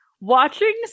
Watching